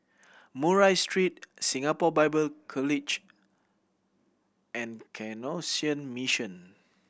Murray Street Singapore Bible College and Canossian Mission